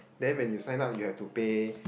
then when you sign up you have to pay